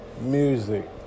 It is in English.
music